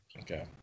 Okay